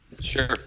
Sure